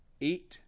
eat